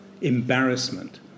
embarrassment